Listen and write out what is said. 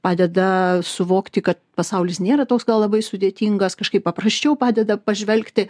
padeda suvokti kad pasaulis nėra toks labai sudėtingas kažkaip paprasčiau padeda pažvelgti